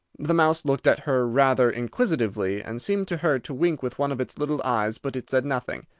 the mouse looked at her rather inquisitively, and seemed to her to wink with one of its little eyes, but it said nothing.